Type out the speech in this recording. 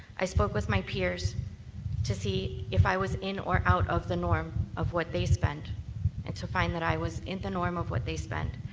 i spoke with my peers to see if i was in or out of the norm of what they spend and to find that i was in the norm of what they spend,